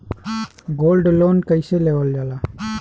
Gold loan कईसे लेवल जा ला?